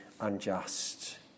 unjust